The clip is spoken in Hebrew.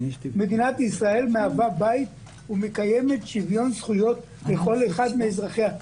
מדינת ישראל מהווה בית ומקיימת שוויון זכויות לכל אחד מאזרחיה.